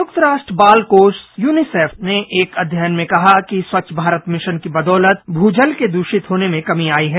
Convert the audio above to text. संयुक्त राष्ट्र बाल कोष यूनिसेफ ने एक अध्ययन में कहा कि स्वच्छ भारत मिशन की बदौलत भूजल के दुषित होने में कमी आयी है